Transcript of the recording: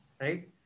Right